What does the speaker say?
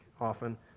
often